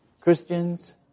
Christians